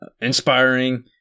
inspiring